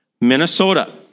Minnesota